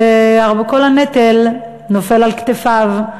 שכל הנטל נופל על כתפיו.